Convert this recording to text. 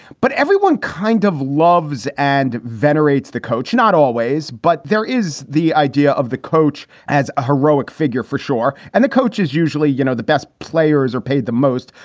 but everyone kind of loves and venerates the coach. not always, but there is the idea of the coach as a heroic figure for sure. and the coaches usually, you know, the best players are paid the most.